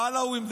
העלווים,